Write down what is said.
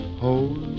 Hold